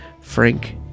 Frank